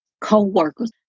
co-workers